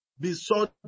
besought